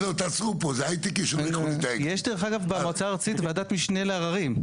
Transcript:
יש, דרך אגב, במועצה הארצית, וועדת משנה לעררים.